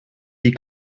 die